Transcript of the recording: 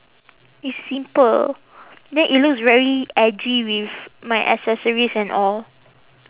it's simple then it looks very edgy with my accessories and all